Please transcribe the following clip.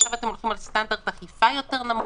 האם עכשיו אתם הולכים על סטנדרט אכיפה יותר נמוך?